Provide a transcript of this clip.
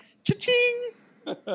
cha-ching